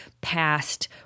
past